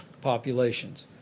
populations